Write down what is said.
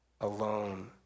alone